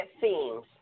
themes